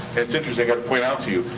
it's interesting, i point out to you,